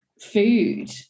food